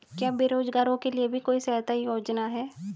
क्या बेरोजगारों के लिए भी कोई सहायता योजना है?